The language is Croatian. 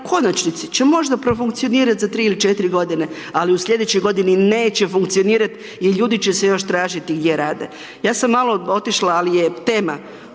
konačnici će možda profunkcionirati za 3-4 godine, ali u slijedećoj godini neće funkcionirati jer ljudi će se još tražiti gdje rade. Ja sam malo otišla, ali je tema,